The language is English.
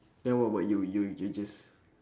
then what about you you're you're just